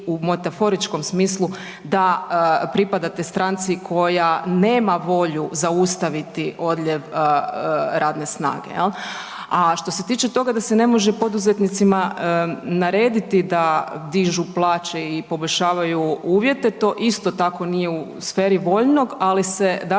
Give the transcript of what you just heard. u metaforičkom smislu da pripadate stranci koja nema volju zaustaviti odljev radne snage. A što se tiče toga da se ne može poduzetnicima narediti da dižu plaće i poboljšavaju uvjete, to isto tako nije u sferi voljnog, ali se nekim